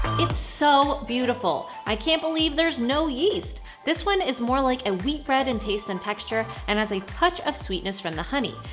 it's so beautiful. i can't believe there's no yeast! this one is more like a wheat bread in taste and texture and has a touch of sweetness from the honey.